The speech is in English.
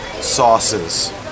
sauces